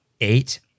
eight